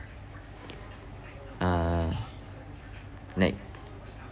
uh like